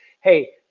hey